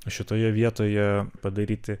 šitoje vietoje padaryti